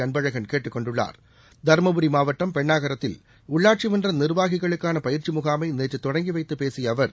அன்பழகன் கேட்டுக் கொண்டுள்ளார் தருமபுரி மாவட்டம் பெண்ணாகரத்தில் உள்ளாட்சி மன்ற நிர்வாகிகளுக்கான பயிற்சி முகாமை நேற்று தொடங்கி வைத்துப் பேசிய அவர்